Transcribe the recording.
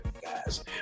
guys